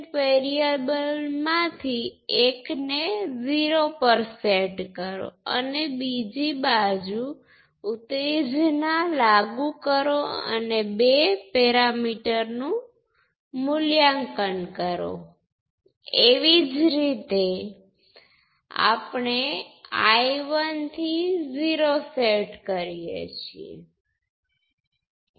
તેથી આ શબ્દ હાલના કંટ્રોલ કરંટ સોર્સ ના ગેઈન પર current control current source h21 નો ઉપયોગ કરીને બનાવવામાં આવ્યો છે